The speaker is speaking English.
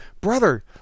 Brother